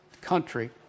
country